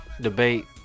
debate